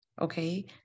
Okay